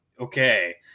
okay